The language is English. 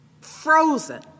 frozen